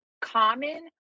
common